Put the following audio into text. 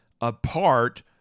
apart